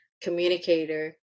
communicator